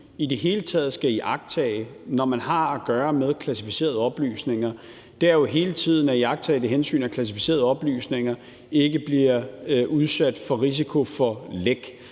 i det hele taget skal iagttage, når man har at gøre med klassificerede oplysninger, handler jo om hele tiden at iagttage det hensyn, at klassificerede oplysninger ikke bliver udsat for risiko for læk.